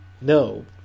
No